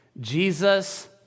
Jesus